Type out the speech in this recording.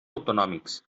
autonòmics